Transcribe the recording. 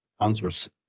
answers